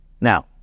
Now